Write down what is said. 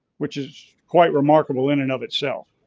which is quite remarkable in and of itself.